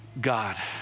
God